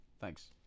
Thanks